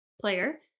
player